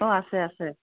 অঁ আছে আছে